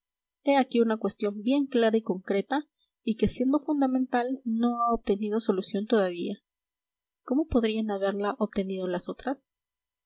he aquí una cuestión bien clara y concreta y que siendo fundamental no ha obtenido solución todavía cómo podrían haberla obtenido las otras